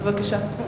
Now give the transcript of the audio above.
בבקשה.